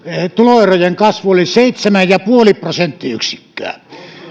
tuloerojen kasvu oli seitsemän pilkku viisi prosenttiyksikköä